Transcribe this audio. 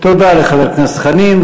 תודה לחבר הכנסת חנין.